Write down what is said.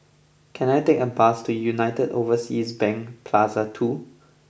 can I take a bus to United Overseas Bank Plaza Two